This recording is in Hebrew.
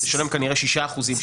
אתה תשלם כנראה 7%-6%,